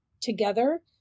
together